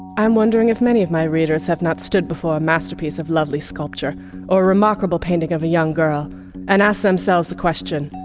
i'm wondering if many of my readers have not stood before a masterpiece of lovely sculpture or remarkable painting of a young girl and asked themselves the question.